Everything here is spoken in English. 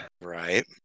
Right